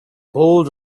bold